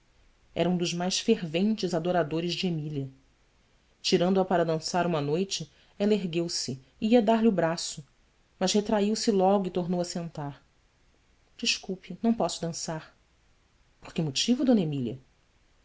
era um dos mais ferventes adoradores de emília tirando a para dançar uma noite ela ergueu se e ia dar-lhe o braço mas retraiu se logo e tornou a sentar esculpe me ão posso dançar or que motivo d emília